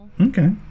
Okay